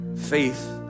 faith